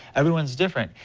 everyone is different.